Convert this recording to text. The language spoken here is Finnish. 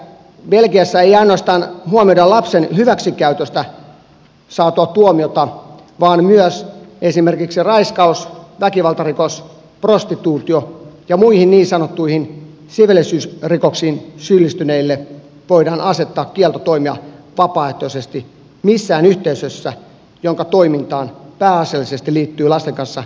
belgiassa ei ainoastaan huomioida lapsen hyväksikäytöstä saatua tuomiota vaan myös esimerkiksi raiskaukseen väkivaltarikokseen prostituutioon ja muihin niin sanottuihin siveellisyysrikoksiin syyllistyneille voidaan asettaa kielto toimia vapaaehtoisesti missään yhteisössä jonka toimintaan pääasiallisesti liittyy lasten kanssa toimimista